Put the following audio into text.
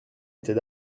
était